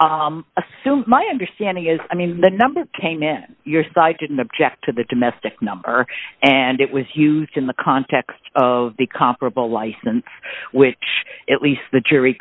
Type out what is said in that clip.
assume my understanding is i mean the number came in your side didn't object to the domestic number and it was used in the context of the comparable license which at least the jury